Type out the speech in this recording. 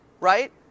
right